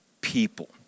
people